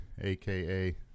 aka